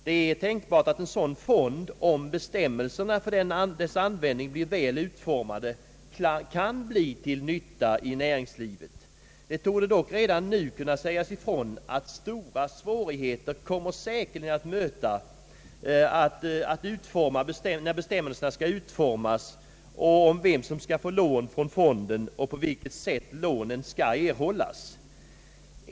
Tänkbart är att en sådan fond kan vara till nytta för näringslivet, om bestämmelserna för dess användning blir väl utformade, Det torde dock redan nu kunna sägas ifrån att stora svårigheter säkerligen kommer att möta, när bestämmelserna skall utformas om vem som skall få lån och på vilket sätt lånen skall erhållas.